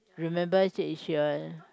remember said she'll